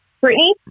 Brittany